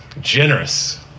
generous